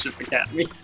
academy